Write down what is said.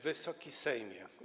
Wysoki Sejmie!